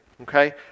okay